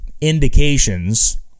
indications